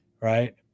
Right